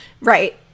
Right